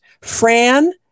Fran